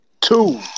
Two